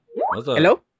Hello